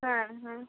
হ্যাঁ হ্যাঁ